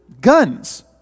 guns